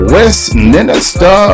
Westminster